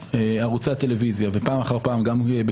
ערוצי הטלוויזיה ופעם אחר פעם הגיעו לדיוני הוועדה,